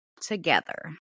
together